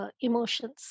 Emotions